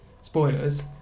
spoilers